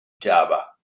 java